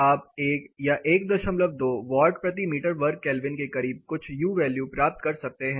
आप 1 या 12 वाट प्रति मीटर वर्ग केल्विन के करीब कुछ U वैल्यू प्राप्त कर सकते हैं